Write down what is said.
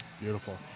Beautiful